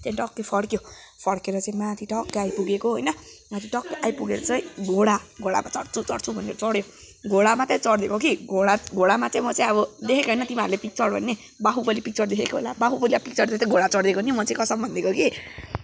त्यहाँ टक्कै फर्कियो फर्केर चाहिँ माथि टक्कै आइपुगेको होइन माथि टक्कै आइपुगेर चाहिँ घोडा घोडामा चढ्छु चढ्छु भन्यो चढ्यो घोडामा चाहिँ चढिदिएको कि घोडा घोडामा चाहिँ म चाहिँ अब देखेको होइन तिमीहरूले पिक्चर भन्ने बाहुबली पिक्चर देखेको होला बाहुबली अब पिक्चर जस्तै अब घोडा चढिदिएको नि म चाहिँ कसम भनिदिएको कि